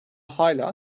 hâlâ